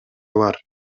бар